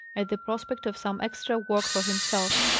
at the prospect of some extra work for himself.